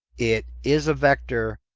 it is a vector.